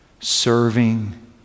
serving